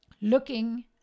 looking